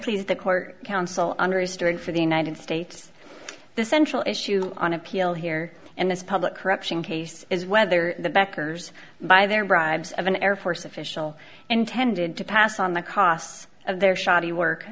please the court counsel under is doing for the united states the central issue on appeal here in this public corruption case is whether the backers by their bribes of an air force official intended to pass on the costs of their shoddy work